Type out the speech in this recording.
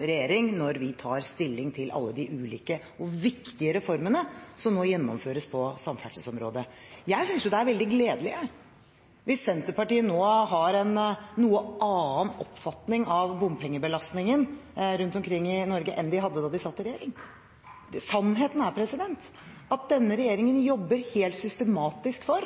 regjeringen, når vi tar stilling til alle de ulike og viktige reformene som nå gjennomføres på samferdselsområdet. Jeg synes det er veldig gledelig hvis Senterpartiet nå har en noe annen oppfatning av bompengebelastningen rundt omkring i Norge enn de hadde da de satt i regjering. Sannheten er at denne regjeringen jobber helt systematisk for